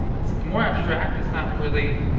more abstract. it's not really.